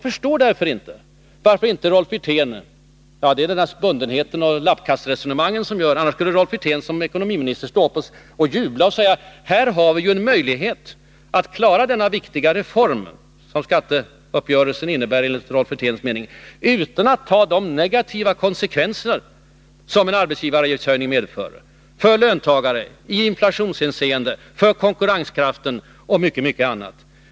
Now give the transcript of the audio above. Det är naturligtvis bundenheten och lappkastresonemangen som gör det, annars skulle Rolf Wirtén som ekonomiminister stå upp och jubla och säga: Här har vi en möjlighet att klara denna viktiga reform — som skatteuppgörelsen enligt Rolf Wirténs mening innebär — utan att behöva ta de negativa konsekvenser som en arbetsgivaravgiftshöjning medför för löntagarna, i inflationshänseende, för konkurrenskraften och mycket annat.